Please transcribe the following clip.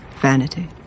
Vanity